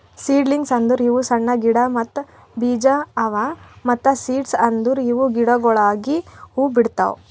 seedlings ಅಂದುರ್ ಇವು ಸಣ್ಣ ಗಿಡ ಮತ್ತ್ ಬೀಜ ಅವಾ ಮತ್ತ ಸೀಡ್ಸ್ ಅಂದುರ್ ಇವು ಗಿಡಗೊಳಾಗಿ ಹೂ ಬಿಡ್ತಾವ್